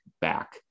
back